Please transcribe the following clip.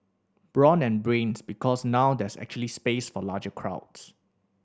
brawn and Brains Because now there's actually space for larger crowds